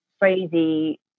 crazy